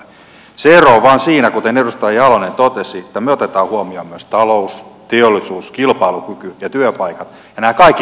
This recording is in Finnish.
se ero on vain siinä kuten edustaja jalonen totesi että me otamme huomioon myös talouden teollisuuden kilpailukyvyn ja työpaikat ja nämä kaikki kulkevat rinnakkain